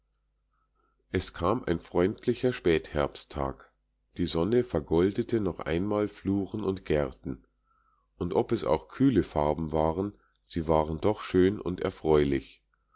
es kam ein freundlicher spätherbsttag die sonne vergoldete noch einmal fluren und gärten und ob es auch kühle farben waren sie waren doch schön und erfreulich